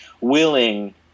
willing